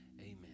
Amen